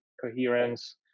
coherence